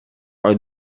are